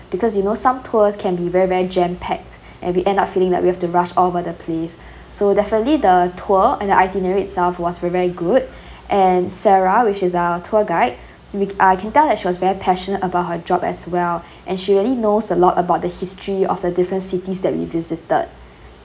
because you know some tours can be very very jam packed and we end up feeling like we have to rush all over the place so definitely the tour and the itinerary itself was very very good and sarah which is our tour guide which I can tell that she was very passionate about her job as well and she really knows a lot about the history of the different cities that we visited